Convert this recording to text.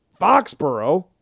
Foxborough